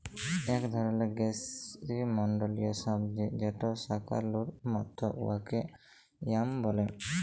ইক ধরলের গিস্যমল্ডলীয় সবজি যেট শাকালুর মত উয়াকে য়াম ব্যলে